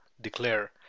declare